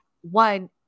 one